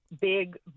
big